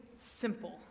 simple